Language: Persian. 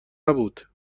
نبود